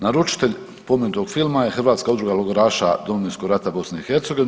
Naručitelj spomenutog filma je Hrvatska udruga logoraša Domovinskog rata BiH.